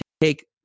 take